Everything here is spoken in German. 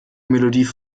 melodie